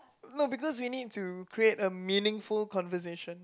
no because we need to create a meaningful conversation